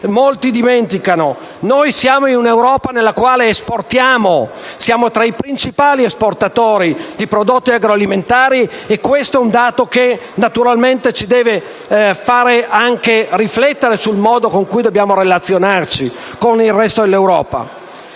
molti dimenticano. Noi siamo in un'Europa nella quale esportiamo; siamo tra i principali esportatori di prodotti agroalimentari e questo dato ci deve anche far riflettere sul modo con cui dobbiamo relazionarci con il resto d'Europa.